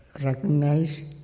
recognize